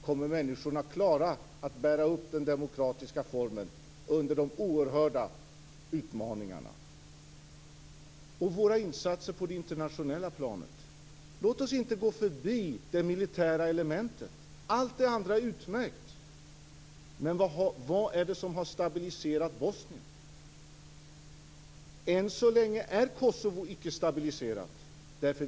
Kommer människorna att klara att bära upp den demokratiska formen under de oerhörda utmaningarna? Låt oss inte gå förbi det militära elementet när det gäller våra insatser på det internationella planet. Allt det andra är utmärkt, men vad är det som har stabiliserat Bosnien? Än så länge är Kosovo icke stabiliserat.